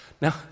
Now